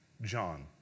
John